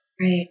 Right